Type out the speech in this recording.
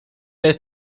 jest